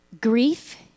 Grief